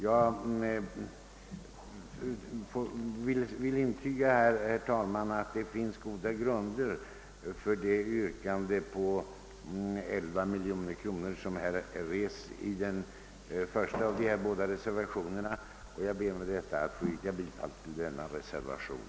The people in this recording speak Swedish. Jag vill, herr talman, understryka att det finns goda grunder för det yrkande om ett anslag på 11 miljoner kronor som vi ställt i reservationen 4 a, och jag hemställer om bifall till denna reservation.